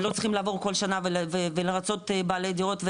הם לא צריכים לעבור כל שנה ולרצות בעלי דירות.